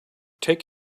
take